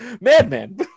Madman